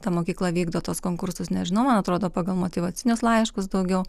ta mokykla vykdo tuos konkursus nežinau man atrodo pagal motyvacinius laiškus daugiau